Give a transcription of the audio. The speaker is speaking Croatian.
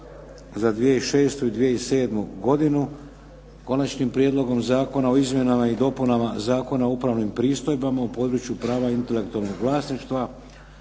za 2006. i 2007. godinu s Konačnim prijedlogom Zakona o izmjenama Zakona o upravnim pristojbama u području prava intelektualnog vlasništva.